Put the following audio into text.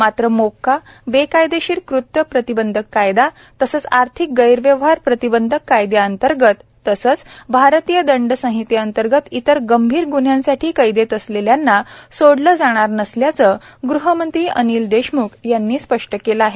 मात्र मोक्का बेकायदेशीर कृत्य प्रतिबंधक कायदा तसंच आर्थिक गैरव्यहार प्रतिबंधक कायदयाअंतर्गत तसंच भारतीय दंड संहितेअंतर्गत इतर गंभीर गन्ह्यासाठी कैदेत असलेल्यांना सोडलं जाणार नसल्याचं गृहमंत्री अनिल देशम्ख यांनी स्पष्ट केलं आहे